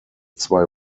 zwei